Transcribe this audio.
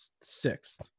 sixth